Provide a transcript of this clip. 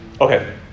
Okay